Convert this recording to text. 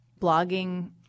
blogging